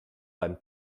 beim